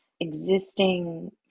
existing